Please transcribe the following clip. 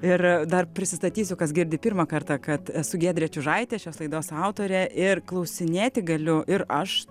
ir dar prisistatysiu kas girdi pirmą kartą kad esu giedrė čiužaitė šios laidos autorė ir klausinėti galiu ir aš